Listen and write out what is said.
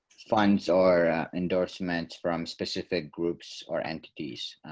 funds or endorsements from specific groups or entities.